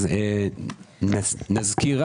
נזכיר,